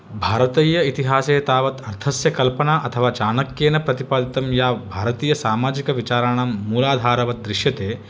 भारतीय इतिहासे तावत् अर्थस्य कल्पना अथवा चाणक्येन प्रतिपादितं या भारतीयसामाजिकविचाराणां मूलाधारवत् दृश्यते